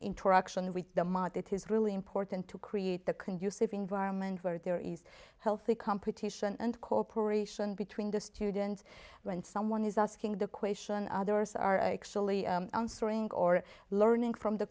interaction with the ma that is really important to create the conducive environment where there is healthy competition and cooperation between the students when someone is asking the question others are actually answering or learning from the